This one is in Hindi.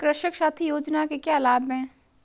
कृषक साथी योजना के क्या लाभ हैं?